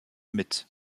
mit